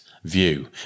View